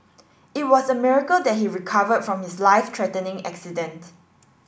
it was a miracle that he recovered from his life threatening accident